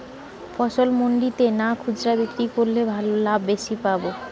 ফসল মন্ডিতে না খুচরা বিক্রি করলে লাভ বেশি পাব?